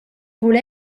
vul